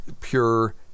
pure